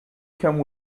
come